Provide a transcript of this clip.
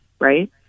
right